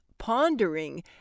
pondering